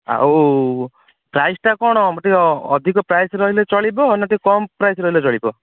ଆଉ ପ୍ରାଇସଟା କ'ଣ ଟିକେ ଅଧିକ ପ୍ରାଇସ ରହିଲେ ଚଳିବ ନା ଟିକେ କମ ପ୍ରାଇସ ରହିଲେ ଚଳିବ